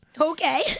Okay